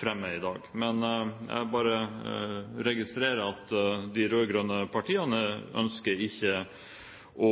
fremmer i dag. Jeg bare registrerer at de rød-grønne partiene ikke ønsker å